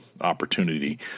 opportunity